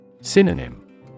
Synonym